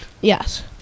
Yes